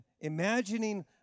imagining